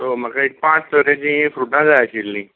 so म्हाका एक पांच तरेचीं फ्रुटां जाय आशिल्लीं